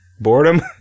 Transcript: Boredom